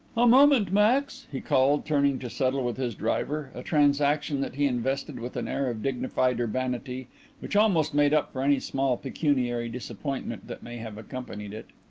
a moment, max, he called, turning to settle with his driver, a transaction that he invested with an air of dignified urbanity which almost made up for any small pecuniary disappointment that may have accompanied it.